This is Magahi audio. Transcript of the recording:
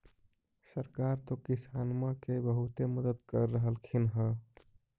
सरकार तो किसानमा के बहुते मदद कर रहल्खिन ह?